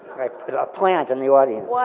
i put a plant in the audience. why,